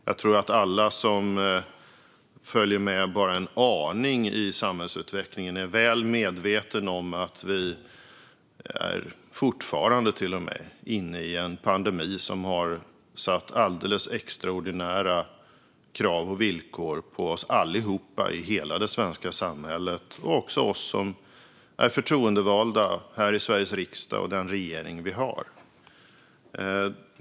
Jag tror att alla som följer med bara en aning i samhällsutvecklingen är väl medvetna om att vi till och med fortfarande är inne i en pandemi som har lett till alldeles extraordinära krav och villkor för oss allihop i hela det svenska samhället, även oss som är förtroendevalda här i Sveriges riksdag och den regering vi har.